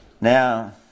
Now